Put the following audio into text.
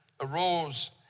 arose